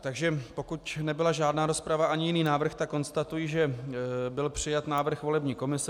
Takže pokud nebyla žádná rozprava ani jiný návrh, tak konstatuji, že byl přijat návrh volební komise.